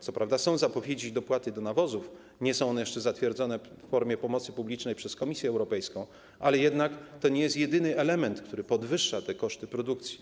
Co prawda są zapowiedzi dotyczące dopłat do nawozów, choć nie są one jeszcze zatwierdzone w formie pomocy publicznej przez Komisję Europejską, ale jednak nie jest to jedyny element, który zwiększa te koszty produkcji.